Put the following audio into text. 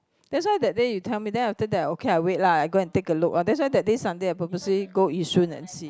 that's why that day you tell me then after that okay I wait lah I go and take a look what that's why that day Sunday I purposely go yishun and see